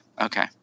Okay